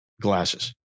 glasses